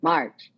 March